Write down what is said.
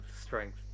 strength